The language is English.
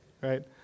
Right